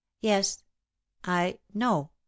Yes—I—know